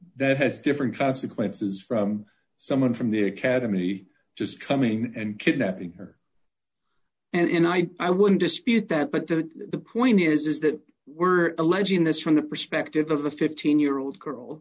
that has different consequences from someone from the academy just coming in and kidnapping her and i i wouldn't dispute that but the point is is that we're alleging this from the perspective of the fifteen year old girl